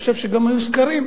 אני חושב שגם היו סקרים,